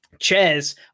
chairs